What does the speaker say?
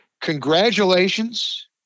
Congratulations